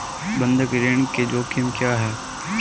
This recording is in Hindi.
बंधक ऋण के जोखिम क्या हैं?